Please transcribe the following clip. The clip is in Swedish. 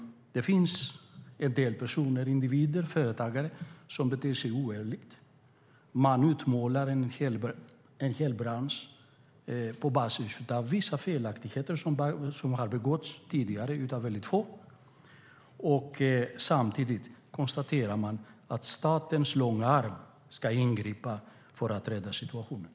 Det finns en del personer, individer, företagare som beter sig oärligt. Man utmålar en hel bransch på basis av vissa felaktigheter som har begåtts tidigare av väldigt få. Samtidigt konstaterar man att statens långa arm ska ingripa för att rädda situationen.